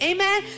Amen